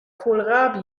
kohlrabi